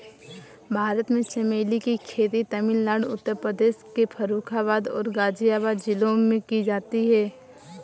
भारत में चमेली की खेती तमिलनाडु उत्तर प्रदेश के फर्रुखाबाद और गाजीपुर जिलों में की जाती है